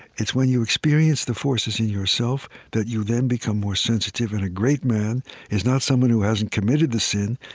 it's when you experience the forces in yourself that you then become more sensitive, and a great man is not someone who hasn't committed the sin,